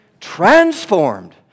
transformed